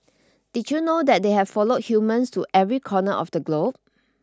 did you know that they have followed humans to every corner of the globe